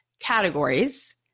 categories